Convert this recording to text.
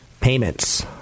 Payments